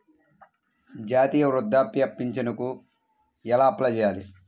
జాతీయ వృద్ధాప్య పింఛనుకి ఎలా అప్లై చేయాలి?